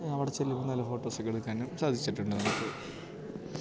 അവിടെ ചെല്ലുമ്പോള് നല്ല ഫോട്ടോസൊക്കെ എടുക്കാനും സാധിച്ചിട്ടുണ്ട് നമുക്ക്